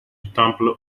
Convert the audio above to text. temple